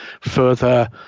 further